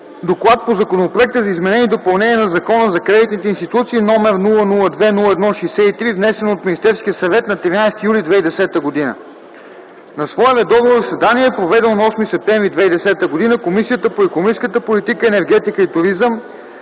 „ДОКЛАД по Законопроект за изменение и допълнение на Закона за кредитните институции № 002-01-63, внесен от Министерския съвет на 13 юли 2010 г. На свое редовно заседание, проведено на 8 септември 2010 г., Комисията по икономическа политика, енергетика и туризъм